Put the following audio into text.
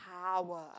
power